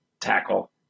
tackle